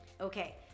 Okay